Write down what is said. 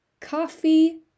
coffee